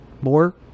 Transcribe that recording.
more